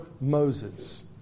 Moses